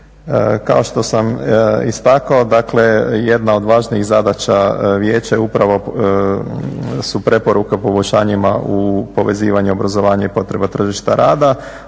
Kao što sam istakao, dakle jedna od važnijih zadaća vijeća je upravo su preporuke poboljšanjima u povezivanja obrazovanja i potreba tržišta rada